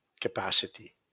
capacity